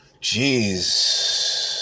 jeez